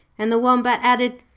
and the wombat added,